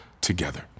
together